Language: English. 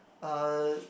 uh